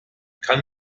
kann